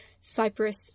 Cyprus